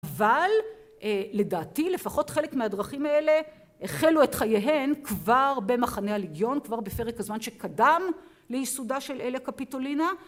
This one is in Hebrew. אבל, לדעתי, לפחות חלק מהדרכים האלה החלו את חייהם כבר במחנה הליגיון, כבר בפרק הזמן שקדם ליסודה של אליה קפיטולינה